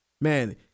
Man